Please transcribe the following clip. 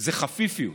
זה חפיפיות.